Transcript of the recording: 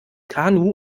kanu